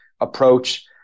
approach